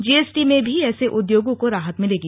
GST में भी ऐसे उद्योगों को राहत मिलेगी